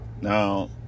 Now